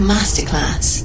Masterclass